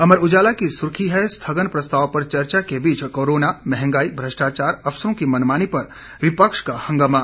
अमर उजाला की सुर्खी है स्थगन प्रस्ताव पर चर्चा के बीच कोरोनो महंगाई भ्रष्टाचार अफसरों की मनमानी पर विपक्ष का हंगामा